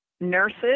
nurses